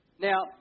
Now